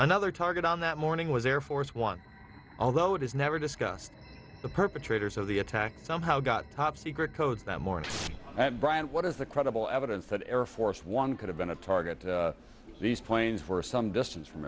another target on that morning was air force one although it is never discussed the perpetrators of the attack somehow got top secret codes that morning and brand what is the credible evidence that air force one could have been a target these planes were some distance from